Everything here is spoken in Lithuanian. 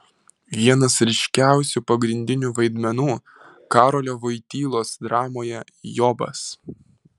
vienas ryškiausių pagrindinių vaidmenų karolio voitylos dramoje jobas